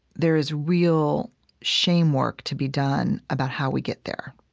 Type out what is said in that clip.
there is real shame work to be done about how we get there.